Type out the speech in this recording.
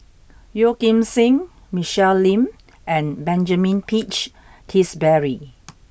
Yeo Kim Seng Michelle Lim and Benjamin Peach Keasberry